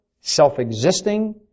self-existing